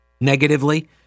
negatively